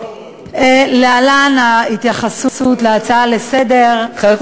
להלן ההתייחסות להצעה לסדר-היום,